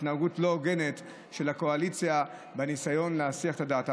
עם התנהלות והתנהגות לא הוגנת של הקואליציה בניסיון להסיח את הדעת.